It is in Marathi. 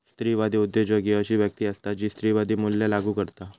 स्त्रीवादी उद्योजक ही अशी व्यक्ती असता जी स्त्रीवादी मूल्या लागू करता